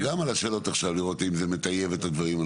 וגם על השאלות אפשר לראות אם זה מטייב את הדברים,